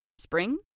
Spring